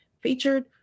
featured